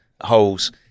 holes